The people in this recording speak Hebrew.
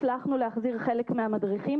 הצלחנו להחזיר חלק מהמדריכים,